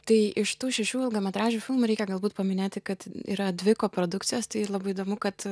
tai iš tų šešių ilgametražių filmų reikia galbūt paminėti kad yra dvi koprodukcijos tai labai įdomu kad